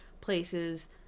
places